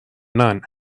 none